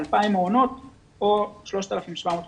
2,000 מעונות או 3,700 משפחתונים.